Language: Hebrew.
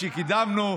שקידמנו.